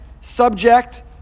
subject